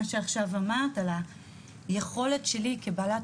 מה שעכשיו אמרת על היכולת שלי כבעלת